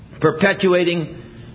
Perpetuating